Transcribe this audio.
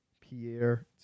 Pierre